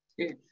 Okay